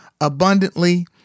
abundantly